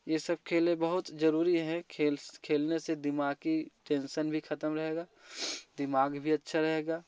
ये सब खेलें बहुत जरूरी है खेल खेलने से दिमाग की टेंशन भी खत्म रहेगा दिमाग भी अच्छा रहेगा